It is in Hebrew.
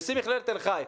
נשיא מכללת תל חי,